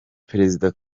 perezida